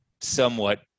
somewhat